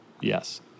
Yes